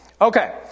Okay